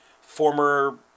former